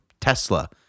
Tesla